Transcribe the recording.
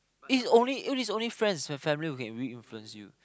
is only is only friends or families who can really influence you